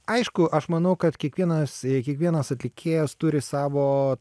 aišku aš manau kad kiekvienas kiekvienas atlikėjas turi savo